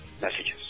messages